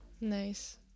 nice